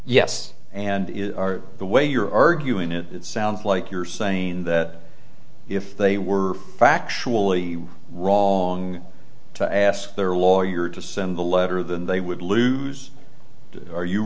yes and the way you're arguing it sounds like you're saying that if they were factually wrong to ask their lawyer to send the letter then they would lose are you